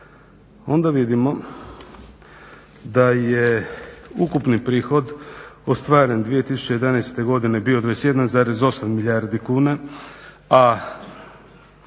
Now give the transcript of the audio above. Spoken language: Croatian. onda vidimo da je ukupni prihod ostvaren 2011. godine bio 21,8 milijardi kuna,